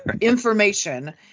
information